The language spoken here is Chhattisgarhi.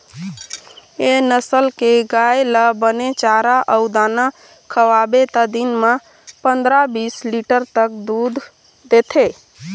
ए नसल के गाय ल बने चारा अउ दाना खवाबे त दिन म पंदरा, बीस लीटर तक दूद देथे